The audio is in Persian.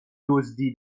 دزدی